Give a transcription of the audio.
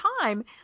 time